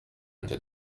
into